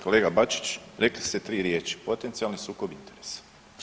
Kolega Bačić, rekli ste tri riječi potencijalni sukob interesa.